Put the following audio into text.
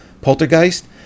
Poltergeist